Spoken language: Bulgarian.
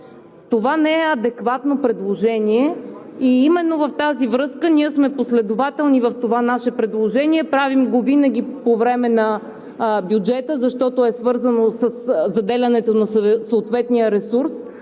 Това не е адекватно предложение и в тази връзка ние сме последователни – правим това наше предложение винаги по време на бюджета, защото е свързано със заделянето на съответния ресурс,